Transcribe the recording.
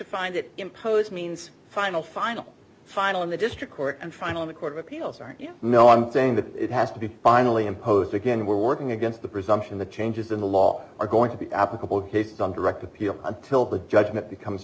find it impose means final final final in the district court and finally the court of appeals aren't you know i'm saying that it has to be finally imposed again we're working against the presumption the changes in the law are going to be applicable cases on direct appeal until the judgment becomes